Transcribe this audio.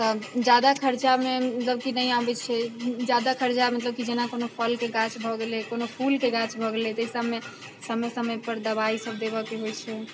तऽ जादा खर्चामे मतलब कि नहि आबैत छै जादा खर्चा मतलब कि जेना कोनो फलके गाछ भऽ गेलै कोनो फूलके गाछ भऽ गेलै ताहि सबमे समय समय पर दवाइ सब देबैके होइत छै